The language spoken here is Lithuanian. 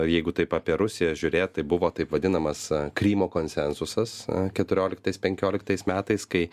jeigu taip apie rusiją žiūrėt tai buvo taip vadinamas krymo konsensusas keturioliktais penkioliktais metais kai